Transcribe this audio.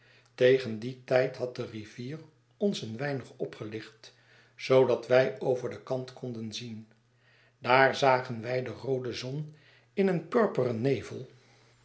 tegen dien tijd had de rivier ons een weinig opgelicht zoodat wij over den kant konden zien daar zagen wij de roode zon in een purperen nevel